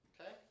Okay